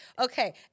Okay